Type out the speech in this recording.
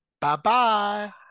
Bye-bye